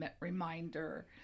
reminder